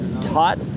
taught